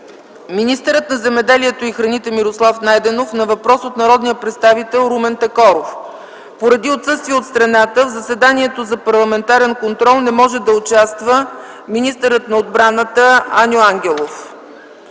министърът на земеделието и храните Мирослав Найденов – на въпрос от народния представител Румен Такоров. Поради отсъствие от страната в заседанието за парламентарен контрол не може да участва министърът на отбраната Аню Ангелов.